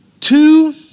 two